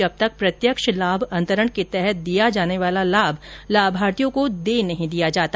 जब तक प्रत्यक्ष लाभ अंतरण के तहत दिया जाने वाले लाभ लाभार्थियों को दे नहीं दिया जाता